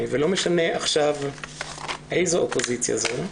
ולא משנה עכשיו איזו אופוזיציה זאת.